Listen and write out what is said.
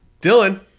Dylan